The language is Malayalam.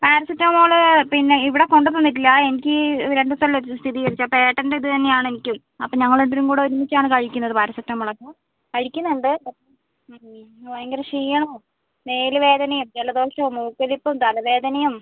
പാരസെറ്റാമോൾ പിന്നെ ഇവിടെ കൊണ്ട് തന്നിട്ടില്ല എനിക്ക് രണ്ട് ദിവസമല്ലേ സ്ഥിരീകരിച്ചത് അപ്പോൾ എനിക്ക് ഏട്ടൻ്റെ ഇത് തന്നെയാണ് എനിക്ക് അപ്പോൾ ഞങ്ങൾ രണ്ട് പേരും കൂടെ ഒരുമിച്ചാണ് കഴിക്കുന്നത് പാരസെറ്റാമോൾ ഒക്കെ കഴിക്കുന്നുണ്ട് ഭയങ്കര ഷീണം മേലുവേദനയും ജലദോഷവും മൂക്കൊലിപ്പും തലവേദനയും